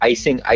Icing